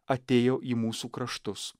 atėjo į mūsų kraštus